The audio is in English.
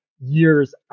years